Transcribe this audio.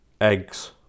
eggs